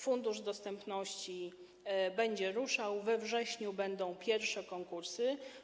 Fundusz Dostępności wkrótce ruszy, we wrześniu będą pierwsze konkursy.